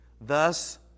Thus